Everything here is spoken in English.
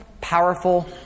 powerful